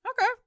Okay